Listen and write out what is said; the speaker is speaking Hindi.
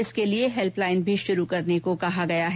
इसके लिए हेल्पलाइन भी शुरू करने को कहा गया है